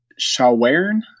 Shawern